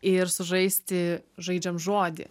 ir sužaisti žaidžiam žodį